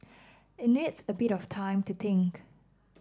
it needs a bit of time to think